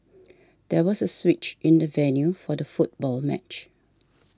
there was a switch in the venue for the football match